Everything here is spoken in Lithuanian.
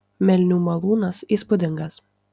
melnių malūnas įspūdingas